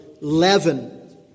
leaven